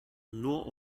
nur